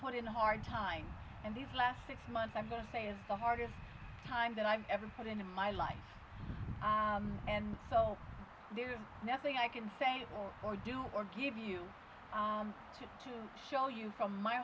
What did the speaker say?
put in a hard time and these last six months i'm going to say is the hardest time that i've ever put in in my life and so there is nothing i can say or do or give you to show you from my